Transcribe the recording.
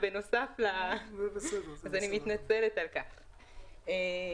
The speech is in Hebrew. בנושא מעקב אחר